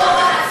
לא.